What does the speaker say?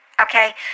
okay